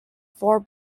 four